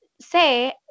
say